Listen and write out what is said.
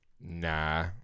Nah